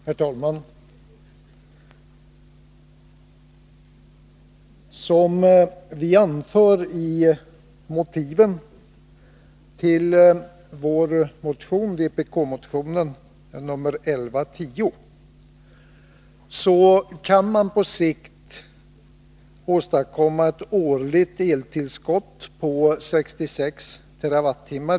Herr talman! Såsom vi anför i motiven till vår motion — vpk-motionen 1110 — kan man på sikt åstadkomma ett årligt eltillskott på 66 TWh.